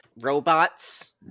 robots